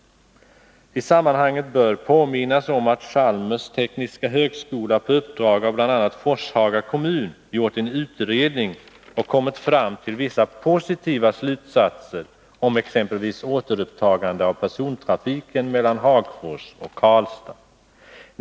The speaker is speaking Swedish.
I sammanhanget bör påminnas om att Chalmers tekniska högskola på uppdrag av bl.a. Forshaga kommun gjort en utredning och kommit fram till vissa positiva slutsatser om exempelvis återupptagande av persontrafiken mellan Hagfors och Karlstad.